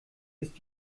ist